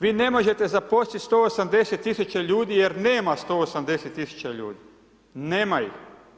Vi ne možete zaposliti 180 tisuća ljudi jer nema 180 tisuća ljudi, nema ih.